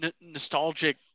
nostalgic